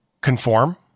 Conform